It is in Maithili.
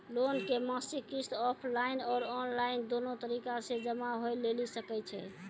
लोन के मासिक किस्त ऑफलाइन और ऑनलाइन दोनो तरीका से जमा होय लेली सकै छै?